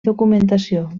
documentació